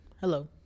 Hello